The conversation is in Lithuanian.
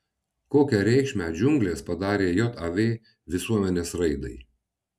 kokią reikšmę džiunglės padarė jav visuomenės raidai